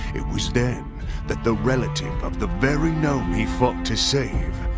it was then that the relative of the very gnome he fought to save,